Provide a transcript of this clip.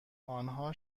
آنها